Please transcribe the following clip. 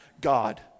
God